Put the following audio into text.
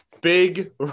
big